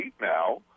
now